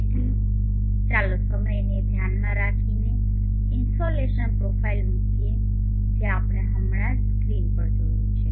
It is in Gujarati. તેથી ચાલો સમયને ધ્યાનમાં રાખીને ઇન્સોલેશન પ્રોફાઇલ મૂકીએ જે આપણે હમણાં જ આ સ્ક્રીન પર જોયું છે